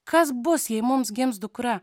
kas bus jei mums gims dukra